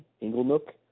Inglenook